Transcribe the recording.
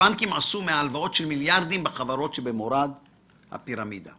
הבנקים עשו מהלוואות של מיליארדים בחברות שבמורד הפירמידה.